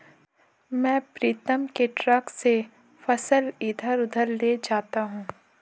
मैं प्रीतम के ट्रक से फसल इधर उधर ले जाता हूं